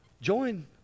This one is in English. join